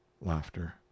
Laughter